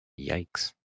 yikes